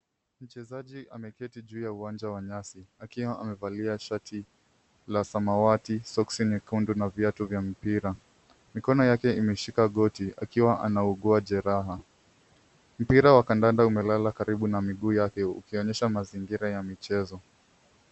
Mchezaji ameketi juu ya uwanja wa nyasi akiwa amevalia shati la samawati, soksi nyekundu na viatu vua mpira. Mikono yake imeshika goti akiwa anaugua jeraha. Mpira wa kandanda umelala karibu na miguu yake ukionyesha mazingira ya michezo.